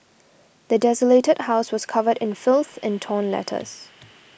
the desolated house was covered in filth and torn letters